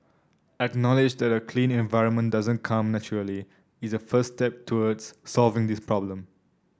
acknowledge that a clean environment doesn't come naturally is the first step towards solving this problem